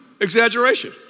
exaggeration